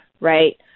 right